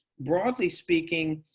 broadly speaking,